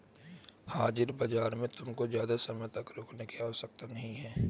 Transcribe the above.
हाजिर बाजार में तुमको ज़्यादा समय तक रुकने की आवश्यकता नहीं है